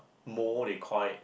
mold they call it